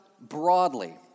broadly